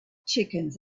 chickens